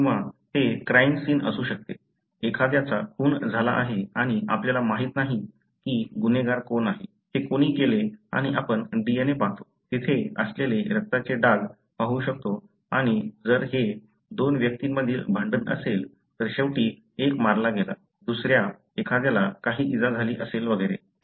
किंवा ते crime scene असू शकते एखाद्याचा खून झाला आहे आणि आपल्याला माहित नाही की गुन्हेगार कोण आहे हे कोणी केले आणि आपण DNA पाहतो तिथे असलेले रक्ताचे डाग पाहू शकतो आणि जर हे दोन व्यक्तींमधील भांडण असेल तर शेवटी एक मारला गेला दुसरा एखाद्याला काही इजा झाली असेल वगैरे